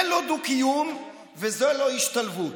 זה לא דו-קיום וזאת לא השתלבות.